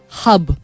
hub